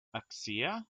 acacia